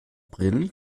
brillen